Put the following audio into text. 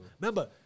Remember